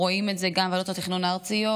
רואים את זה גם בוועדות התכנון הארציות,